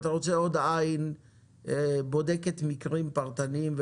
אבל אתה רוצה עוד עין שבודקת מקרים פרטניים,